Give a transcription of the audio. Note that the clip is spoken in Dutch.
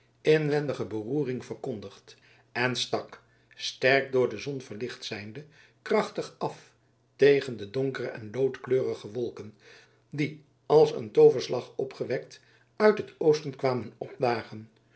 inwendige beroering verkondigt en stak sterk door de zon verlicht zijnde krachtig af tegen de donkere en loodkleurige wolken die als een tooverslag opgewekt uit het oosten kwamen opdagen